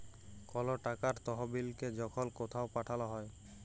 call টাকার তহবিলকে যখল কথাও পাঠাল হ্যয়